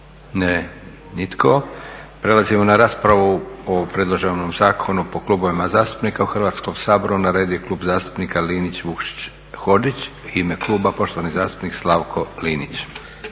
Ne, nitko. Prelazimo na raspravu o predloženom zakonu po klubovima zastupnika u Hrvatskom saboru. Na redu je Klub zastupnika Linić, Vukšić, Hodžić. U ime kluba poštovani zastupnik Slavko Linić.